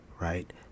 right